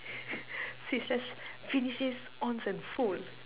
since let's just finish this once and for all